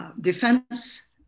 defense